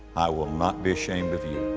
i will not be ashamed of you.